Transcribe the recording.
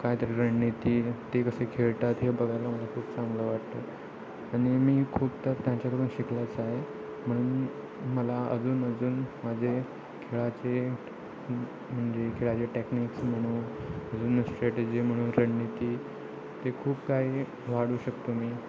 काय तरी रणनीती ते कसे खेळतात हे बघायला मला खूप चांगलं वाटतं आणि मी खूप तर त्यांच्याकडून शिकलाच आहे म्हणून मी मला अजून अजून माझे खेळाचे म्हणजे खेळाचे टेक्निक्स म्हणू अजून स्ट्रेटजी म्हणू रणनीती ते खूप काही वाढवू शकतो मी